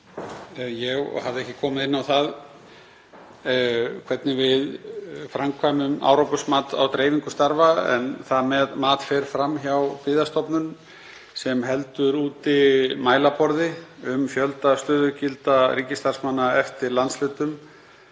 Ég hafði ekki komið inn á það hvernig við framkvæmum árangursmat á dreifingu starfa en það mat fer fram hjá Byggðastofnun sem heldur úti mælaborði um fjölda stöðugilda ríkisstarfsmanna eftir landshlutum,